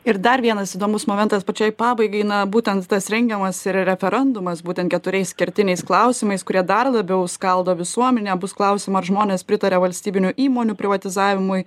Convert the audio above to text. ir dar vienas įdomus momentas pačiai pabaigai na būtent tas rengiamas ir referendumas būtent keturiais kertiniais klausimais kurie dar labiau skaldo visuomenę bus klausiama ar žmonės pritaria valstybinių įmonių privatizavimui